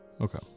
okay